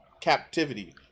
captivity